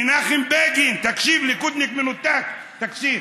מנחם בגין, תקשיב, ליכודניק מנותק, תקשיב,